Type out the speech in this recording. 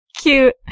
cute